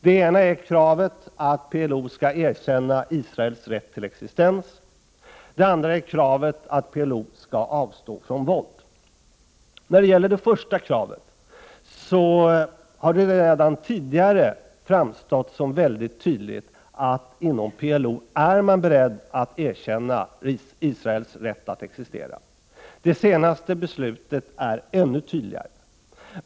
Det ena är kravet att PLO skall erkänna Israels rätt till existens. Det andra är kravet att PLO skall avstå från våld. Beträffande det första kravet har det redan tidigare framstått mycket tydligt att man inom PLO är beredd att erkänna Israels rätt att existera. Det senaste beslutet är ännu tydligare.